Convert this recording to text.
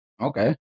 Okay